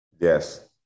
Yes